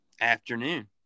Afternoon